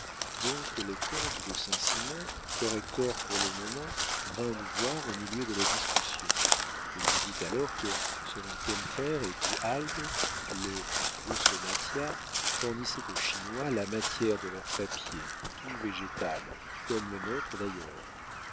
donc le comte de saint-simon correcteur pour le moment vint nous voir au milieu de la discussion il nous dit alors que selon kempfer et du halde le broussonatia fournissait aux chinois la matière de leur papier tout végétal comme le nôtre d'ailleurs